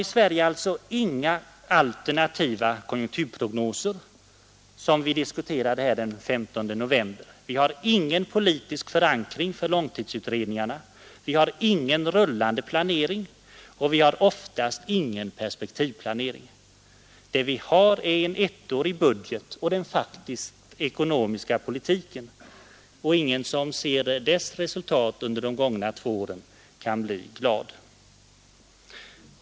Vi har alltså i Sverigen inga alternativa konjunkturprognoser, vilket vi diskuterade här den 15 november, vi har ingen politisk förankring för långtidsutredningarna, vi har ingen rullande planering och vi har oftast ingen perspektivplanering. Det vi har är en ettårig budget och den faktiska ekonomiska politiken — och ingen som ser dess resultat under de gångna två åren kan bli glad.